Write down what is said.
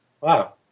Wow